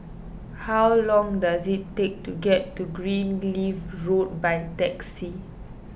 how long does it take to get to Greenleaf Road by taxi